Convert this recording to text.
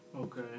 Okay